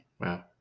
Wow